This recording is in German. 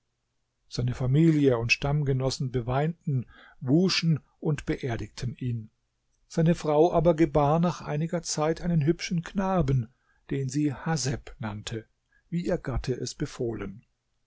seine familie und stammgenossen beweinten wuschen und beerdigten ihn seine frau aber gebar nach einiger zeit einen hübschen knaben den sie haseb nannte wie ihr gatte es befohlen